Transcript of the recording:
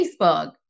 facebook